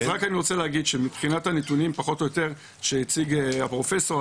מבחינת הנתונים שהציג הפרופסור,